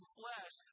flesh